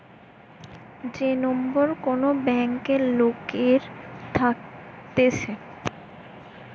যে নম্বর কোন ব্যাংকে লোকের থাকতেছে